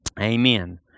Amen